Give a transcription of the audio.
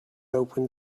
open